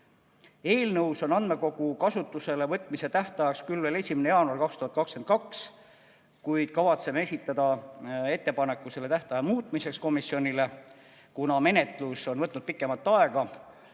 Eelnõus on andmekogu kasutusele võtmise tähtajaks küll veel 1. jaanuar 2022, kuid kavatseme esitada komisjonile ettepaneku selle tähtaja muutmiseks, kuna menetlus on võtnud pikemalt aega.